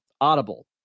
Audible